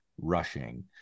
rushing